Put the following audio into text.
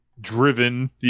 driven